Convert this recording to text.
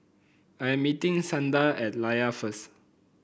I'm meeting Santa at Layar first